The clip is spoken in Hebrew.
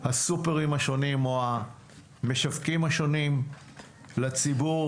הסופרים השונים או המשווקים השונים לציבור,